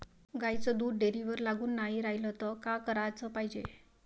गाईचं दूध डेअरीवर लागून नाई रायलं त का कराच पायजे?